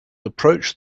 approached